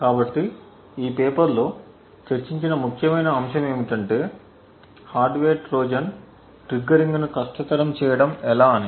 కాబట్టి ఈ పేపర్ లో చర్చించిన ముఖ్యమైన అంశం ఏమిటంటే హార్డ్వేర్ ట్రోజన్ ట్రిగ్గరింగ్ను కష్టతరం చేయడం ఎలా అని